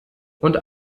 und